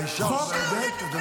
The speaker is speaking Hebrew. אם יש לך ילדים והאישה עובדת.